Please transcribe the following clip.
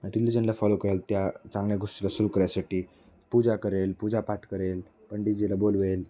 रिलिजनला follow करेल त्या चांगल्या गोष्टीला सुरू करण्यासाठी पूजा करेन पूजापाठ करेन पंडितजीला बोलवेल